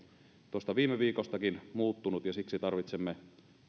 tuosta viime viikostakin muuttunut ja siksi tarvitsemme